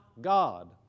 god